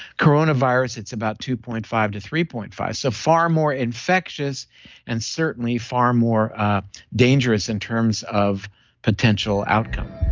coronavirus it's about two point five to three point five so far more infectious and certainly far more dangerous in terms of potential outcome